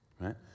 right